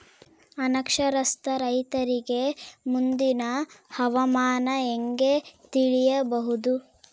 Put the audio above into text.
ಅನಕ್ಷರಸ್ಥ ರೈತರಿಗೆ ಮುಂದಿನ ಹವಾಮಾನ ಹೆಂಗೆ ತಿಳಿಯಬಹುದು?